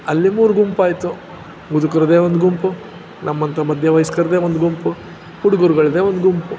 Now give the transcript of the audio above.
ಅಲ್ಲಿ ಮೂರು ಗುಂಪಾಯಿತು ಮುದುಕರದ್ದೇ ಒಂದು ಗುಂಪು ನಮ್ಮಂಥ ಮಧ್ಯ ವಯಸ್ಕರರ್ದೇ ಒಂದು ಗುಂಪು ಹುಡುಗರುಗಳ್ದೇ ಒಂದು ಗುಂಪು